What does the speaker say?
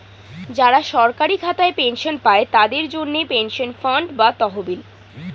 যারা সরকারি খাতায় পেনশন পায়, তাদের জন্যে পেনশন ফান্ড বা তহবিল